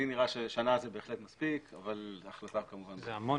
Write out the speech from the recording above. לי נראה ששנה זה בהחלט מספיק אבל ההחלטה היא שלכם.